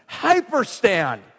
hyperstand